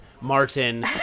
Martin